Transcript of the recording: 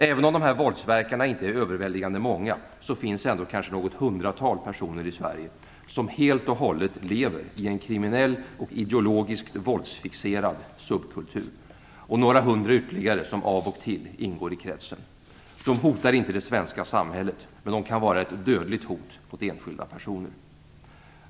Även om dessa våldsverkare inte är överväldigande många finns ändå kanske något hundratal personer i Sverige som helt och hållet lever i en kriminell och ideologiskt våldsfixerad subkultur och några hundra ytterligare som av och till ingår i kretsen. De hotar inte det svenska samhället, men de kan vara ett dödligt hot mot enskilda personer.